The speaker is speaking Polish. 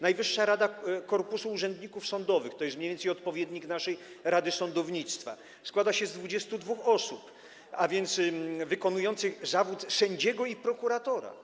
Najwyższa Rada Korpusu Urzędników Sądowych, to jest mniej więcej odpowiednik naszej rady sądownictwa, składa się z 22 osób wykonujących zawody sędziego i prokuratora.